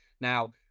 Now